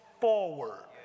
forward